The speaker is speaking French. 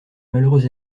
malheureux